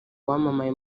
wamamaye